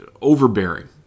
overbearing